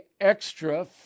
extra